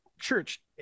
Church